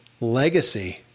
legacy